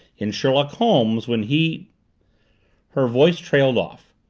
in sherlock holmes, when he her voice trailed off.